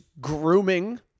grooming